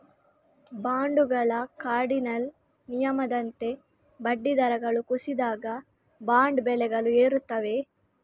ಬಾಂಡುಗಳ ಕಾರ್ಡಿನಲ್ ನಿಯಮದಂತೆ ಬಡ್ಡಿ ದರಗಳು ಕುಸಿದಾಗ, ಬಾಂಡ್ ಬೆಲೆಗಳು ಏರುತ್ತವೆ